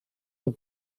were